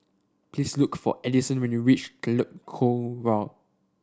please look for Edison when you reach Telok Kurau